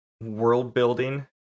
world-building